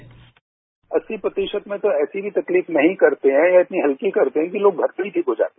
sound bite अस्सी प्रतिशत में तो ऐसी भी तकलीफ नहीं करते हैं या इतनी हल्की करते हैं कि लोग घर पे ही ठीक हो जाते हैं